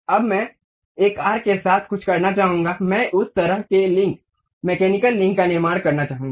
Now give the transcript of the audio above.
अब मैं एक आर्क के साथ कुछ करना चाहूंगा मैं उस तरह के लिंक मैकेनिकल लिंक का निर्माण करना चाहूंगा